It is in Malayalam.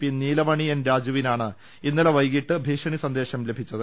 പി നീലമണി എൻ രാജു വിനാണ് ഇന്നലെ വൈകീട്ട് ഭീഷണി സന്ദേശം ലഭിച്ചത്